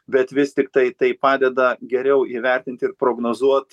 bet vis tiktai tai padeda geriau įvertinti ir prognozuot